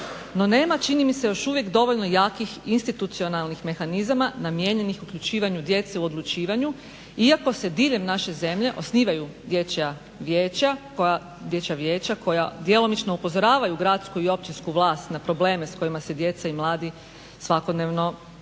no nema čini mi se još uvijek dovoljno jakih institucionalnih mehanizama namijenjenih uključivanju djece u odlučivanju. Iako se diljem naše zemlje osnivanju dječja vijeća koja djelomično upozoravaju gradsku i općinsku vlast na probleme s kojima se djeca i mladi svakodnevno u svom